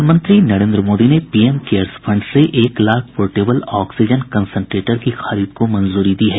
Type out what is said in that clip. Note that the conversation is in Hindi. प्रधानमंत्री नरेंद्र मोदी ने पीएम केयर्स फंड से एक लाख पोर्टेबल ऑक्सीजन कंसेंट्रेटर की खरीद को मंजूरी दी है